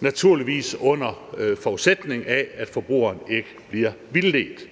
naturligvis under forudsætning af, at forbrugeren ikke bliver vildledt.